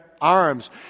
arms